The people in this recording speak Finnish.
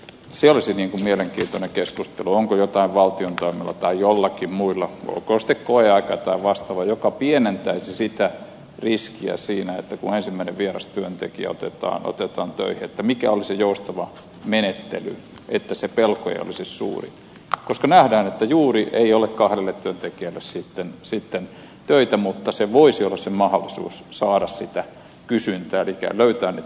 se olisi mielenkiintoinen keskustelu onko valtion toimilla tai jollakin muilla olkoon sitten koeaika tai vastaava jotain sellaista vaikutusta joka pienentäisi sitä riskiä siinä kun ensimmäinen vieras työntekijä otetaan töihin että mikä olisi joustava menettely että se pelko ei olisi suuri koska nähdään että juuri ei ole kahdelle työntekijälle sitten töitä mutta se voisi olla se mahdollisuus saada sitä kysyntää elikkä löytää niitä uusia markkinoita